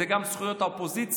היא גם זכויות האופוזיציה,